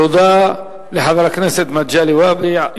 תודה לחבר הכנסת מגלי והבה.